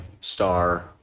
star